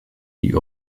die